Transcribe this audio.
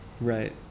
right